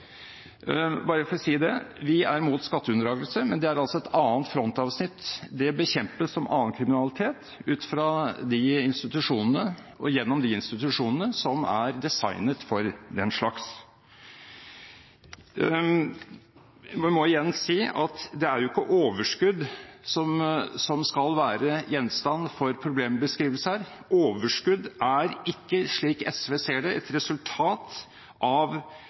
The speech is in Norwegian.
men det er altså et annet frontavsnitt. Det bekjempes som annen kriminalitet ut fra de institusjonene og gjennom de institusjonene som er designet for den slags. Jeg må igjen si at det er ikke overskudd som skal være gjenstand for problembeskrivelse her. Overskudd er ikke, slik SV ser det, et resultat av